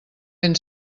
ben